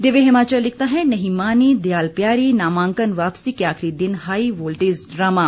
दिव्य हिमाचल लिखता है नहीं मानी दयाल प्यारी नामांकन वापसी के आखिरी दिन हाई वोल्टेज ड्रामा